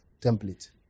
template